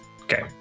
Okay